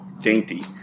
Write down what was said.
dainty